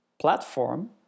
platform